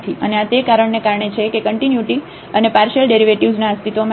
અને આ તે કારણને કારણે છે કે કન્ટિન્યુટી અને પાર્શિયલ ડેરિવેટિવ્ઝના અસ્તિત્વમાં છે